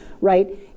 right